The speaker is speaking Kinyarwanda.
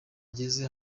igeze